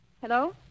Hello